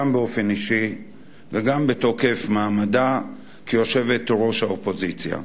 גם באופן אישי וגם בתוקף מעמדה כיושבת-ראש האופוזיציה.